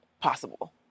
possible